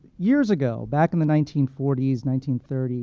years ago, back in the nineteen forty s, nineteen thirty